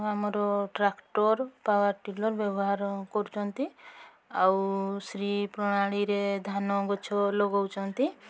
ଆମର tractor power tiller ବ୍ୟବହାର କରୁଛନ୍ତି ଆଉ ଶ୍ରୀ ପ୍ରଣାଳୀରେ ଧାନଗଛ ଲଗାଉଛନ୍ତି